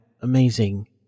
amazing